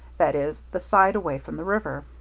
that is, the side away from the river.